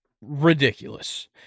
ridiculous